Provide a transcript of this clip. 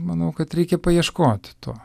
manau kad reikia paieškoti to